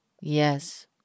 yes